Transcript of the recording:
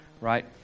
right